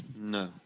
No